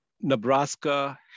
Nebraska